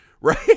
Right